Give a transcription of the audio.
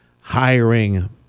hiring